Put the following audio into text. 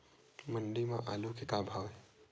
मंडी म आलू के का भाव हे?